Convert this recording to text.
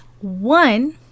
one